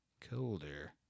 colder